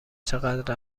چقدر